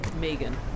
Megan